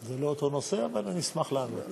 זה לא אותו נושא, אבל אני אשמח לענות.